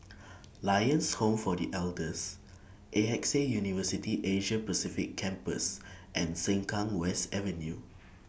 Lions Home For The Elders A X A University Asia Pacific Campus and Sengkang West Avenue